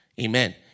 Amen